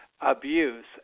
abuse